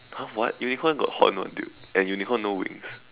!huh! what unicorns got horns [one] dude and unicorns no wings